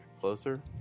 closer